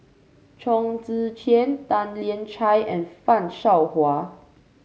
Chong Tze Chien Tan Lian Chye and Fan Shao Hua